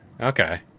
Okay